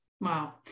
Wow